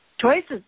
Choices